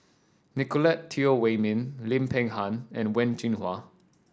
Nicolette Teo Wei Min Lim Peng Han and Wen Jinhua